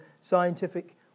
scientific